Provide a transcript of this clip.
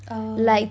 oh